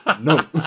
No